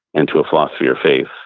and to a philosophy or faith.